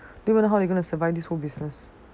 don't even know how to survive this whole business